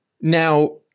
Now